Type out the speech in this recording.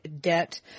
debt